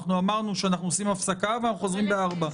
אמרנו שאנחנו עושים הפסקה ואנחנו חוזרים ב-16:00.